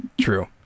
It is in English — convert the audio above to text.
true